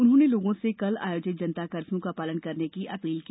उन्होंने लोगों से कल आयोजित जनता कफ्यू का पालन करने की अपील भी की